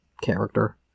character